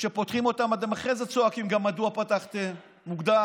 וכשפותחים אותם אתם אחרי זה גם צועקים: מדוע פתחתם מוקדם?